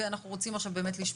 ואנחנו רוצים לשמוע.